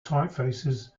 typefaces